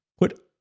put